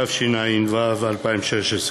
התשע"ו 2016,